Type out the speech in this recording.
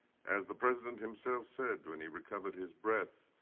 as the president himself said when he recovered his breath,